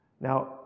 Now